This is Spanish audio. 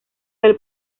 del